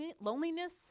loneliness